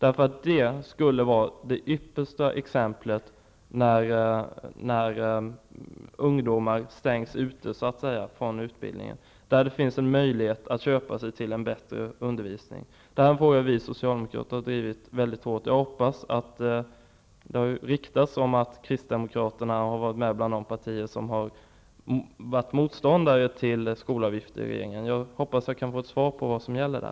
Skolavgifter skulle innebära att ungdomar stängs ute från utbildning, att det finns en möjlighet att köpa sig en bättre undervisning. Den frågan har vi socialdemokrater drivit hårt. Det har ryktats att kristdemokraterna varit bland de partier i regeringen som är motståndare till skolavgifter. Jag hoppas att jag kan få ett svar på vad som gäller.